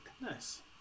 Nice